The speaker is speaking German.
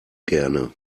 gerne